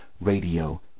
Radio